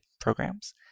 programs